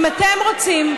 אם אתם רוצים,